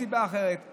מסיבה אחרת.